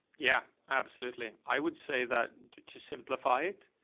yeah, absolutely. i would say that to simplify it,